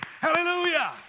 Hallelujah